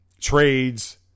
trades